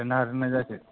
लिरनो हादोंना हाया जाखो